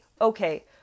okay